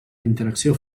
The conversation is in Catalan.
interacció